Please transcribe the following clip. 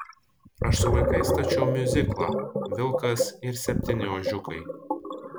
aš su vaikais stačiau miuziklą vilkas ir septyni ožiukai